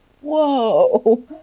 whoa